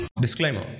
disclaimer